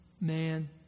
man